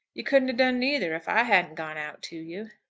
you couldn't have done neither if i hadn't gone out to you.